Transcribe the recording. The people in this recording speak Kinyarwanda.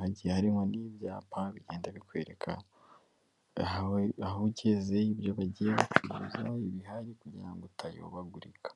hagiye harimo n'ibyapa bigenda bikwerekawe aho ugeze ibyo bagiye bacuruza, ibihari kugirango ngo utayobagurika.